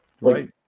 Right